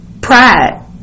Pride